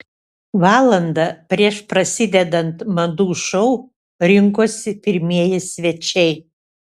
valandą prieš prasidedant madų šou rinkosi pirmieji svečiai